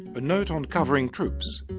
a note on covering troops.